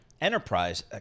enterprise